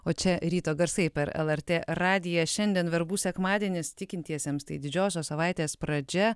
o čia ryto garsai per lrt radiją šiandien verbų sekmadienis tikintiesiems tai didžiosios savaitės pradžia